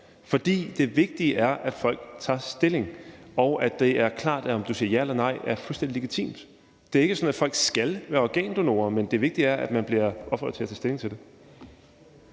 for det vigtige er, at folk tager stilling, og at det er klart, at om du siger ja eller nej, er fuldstændig legitimt. Det er ikke sådan, at folk skal være organdonorer, men det vigtige er, at man bliver opfordret til at tage stilling til det.